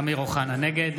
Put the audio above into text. (קורא בשמות חברי הכנסת) אמיר אוחנה, נגד